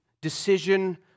decision